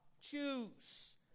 choose